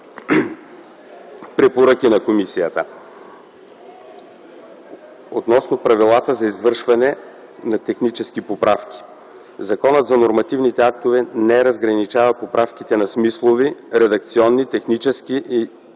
Препоръки на комисията Относно правилата за извършване на технически поправки - Законът за нормативните актове не разграничава поправките на „смислови”, „редакционни”, „технически” и